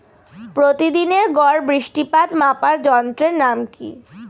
প্রতিদিনের গড় বৃষ্টিপাত মাপার যন্ত্রের নাম কি?